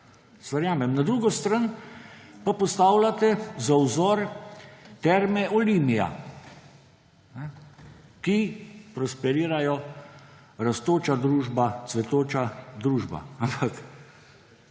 Na drugi strani pa postavljate za vzor Terme Olimia, ki prosperirajo, so rastoča družba, cvetoča družba. Ampak